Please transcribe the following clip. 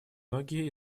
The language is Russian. многие